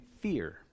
fear